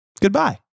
Goodbye